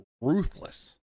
ruthless